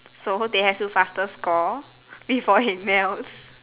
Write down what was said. so they have to faster score before it melts